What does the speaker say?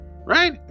right